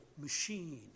machine